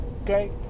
Okay